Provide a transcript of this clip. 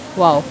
!wow!